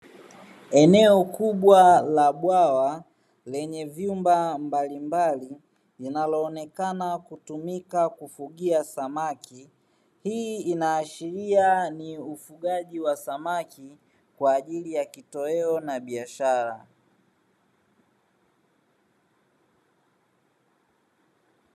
Eneo kubwa la bwawa lenye vyumba mbalimbali, linaloonekana kutumika kufugia samaki. Hii inaashiria ni ufugaji wa samaki kwa ajili ya kitoweo na biashara.